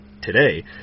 today